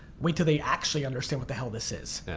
wait till they actually understand what the hell this is.